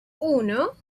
uno